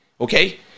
okay